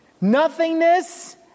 Nothingness